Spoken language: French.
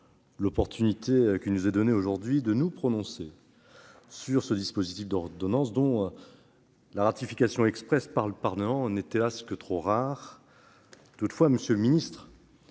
l'occasion qui nous est donnée aujourd'hui de nous prononcer sur ce dispositif d'ordonnances, dont la ratification expresse par le Parlement n'est que trop rare, hélas. Toutefois, monsieur le ministre,